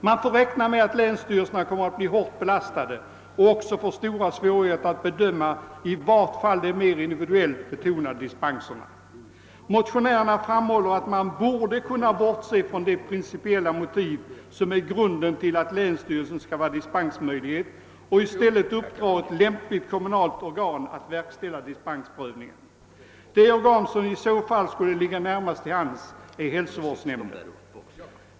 Man får räkna med att länsstyrelserna blir hårt belastade och också får stora svårigheter att bedöma i vart fall de mer individuellt betonade dispenserna. Vi motionärer framhåller att man borde kunna bortse från de principiella motiv som är grunden till att länsstyrelsen skall vara dispensmyndighet och i stället uppdra åt lämpligt kommunalt organ att verkställa dispensprövningen. Det organ som i så fall skulle ligga närmast till hands är hälsovårdsnämnden.